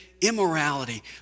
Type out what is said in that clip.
immorality